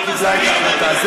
שקיבלה את ההחלטה.